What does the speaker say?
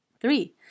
Three